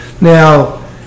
Now